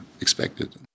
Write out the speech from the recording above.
expected